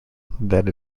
that